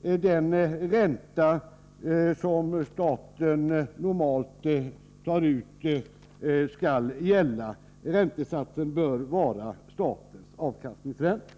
den ränta som staten normalt tar ut skall gälla — räntesatsen bör vara statens avkastningsränta.